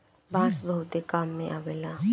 बांस बहुते काम में अवेला